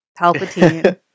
Palpatine